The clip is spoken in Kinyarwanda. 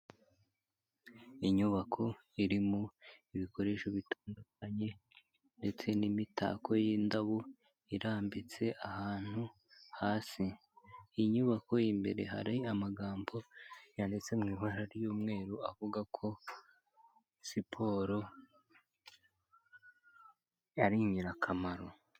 Inyubako iririmo ibikoresho bitandukanye ndetse n'imitako y'indabo irambitse ahantu hasi. Iyi nyubako imbere hari amagambo yanditse mu ibara ry'umweru, avuga ko siporo ari ingirakamaro.